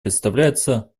представляется